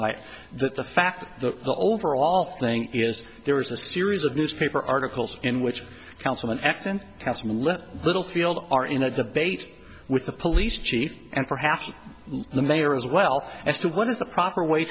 that the fact that the overall thing is there is a series of newspaper articles in which councilman acton littlefield are in a debate with the police chief and perhaps the mayor as well as to what is the proper way